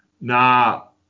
Now